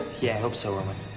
yeah i hope so irwin. i